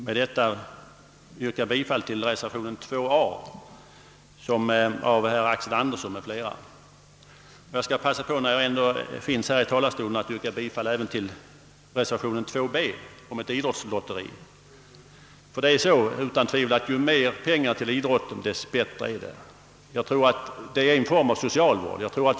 Med detta vill jag yrka bifall till reservationen 2 a av herr Axel Andersson m.fl. och, när jag ändå står i talarstolen, passa på att även yrka bifall till reservationen 2 b om ett idrottslotteri, ty utan tvivel är det bättre ju mer pengar idrotten får. Jag tror att det är en form av socialvård.